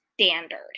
standard